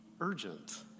urgent